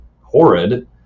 horrid